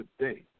today